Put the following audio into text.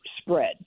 spread